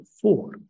four